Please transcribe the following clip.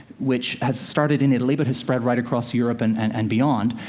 which has started in italy, but has spread right across europe and and and beyond.